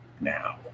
now